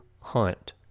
hunt